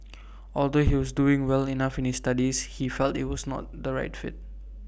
although he was doing well enough in his studies he felt IT was not the right fit